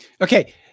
Okay